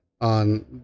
on